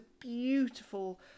beautiful